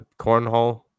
cornhole